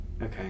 Okay